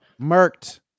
Murked